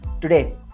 Today